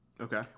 Okay